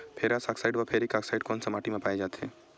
Ferrous oxide व ferric oxide कोन सा माटी म पाय जाथे?